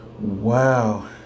Wow